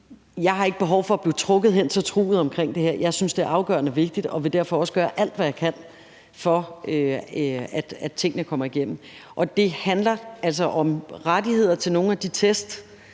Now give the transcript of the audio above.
jeg ikke har behov for at blive trukket hen til truget i forhold til det her. Jeg synes, det er afgørende vigtigt, og jeg vil derfor også gøre alt, hvad jeg kan, for at tingene kommer igennem. Det handler altså om rettigheder til nogle af de test,